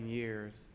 years